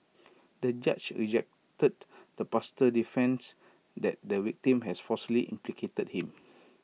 the judge rejected the pastor defence that the victim had falsely implicated him